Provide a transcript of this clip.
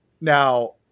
Now